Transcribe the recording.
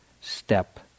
step